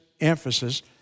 emphasis